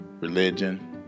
religion